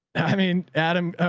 i mean, adam